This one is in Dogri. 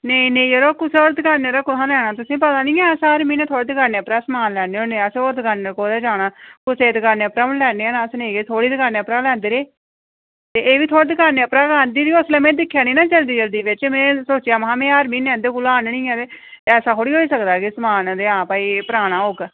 नेईं नेईं यरो कुसै होर दुकानै उप्परा कुत्थें लैना तुसें ई पता निं ऐ हर म्हीनै समान थुआढ़ी दुकानै उप्परा लैन्ने होन्ने अस होर दुकानै कोह्दे जाना कुसै दी दुकानै उप्परा निं लैन्ने अस थुआढ़ी दुकानै उप्परा गै लैंदे रेह् ते एह्बी थुआढ़ी दुकानै उप्परा आंदी दी उसलै में दिक्खेआ नना जल्दी जल्दी बिच में सोचेआ महां में हरइक म्हीने इंदे कोला आह्ननी ऐं ते ऐसा थोह्ड़े होई सकदा कि समान पराना होग